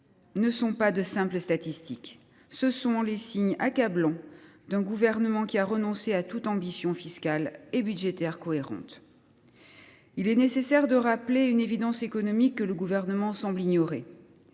ne sont pas de simples statistiques : ils sont le signe accablant d’un Gouvernement qui a renoncé à toute ambition fiscale et budgétaire cohérente. Il est nécessaire de rappeler une évidence économique que le Gouvernement semble ignorer